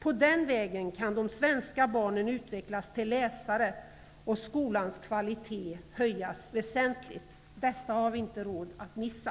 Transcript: På den vägen kan de svenska barnen utvecklas till läsare och skolans kvalitet höjas väsentligt. Detta har vi inte råd att missa.